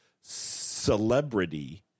celebrity